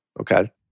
okay